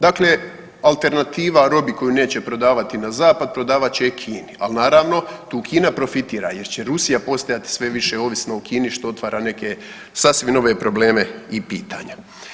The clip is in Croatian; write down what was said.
Dakle, alternativa robi koju neće prodavati na zapad prodavat će ju Kini, al naravno tu Kina profitira jer će Rusije postajati sve više ovisna o Kini što otvara neke sasvim nove probleme i pitanja.